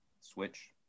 switch